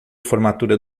formatura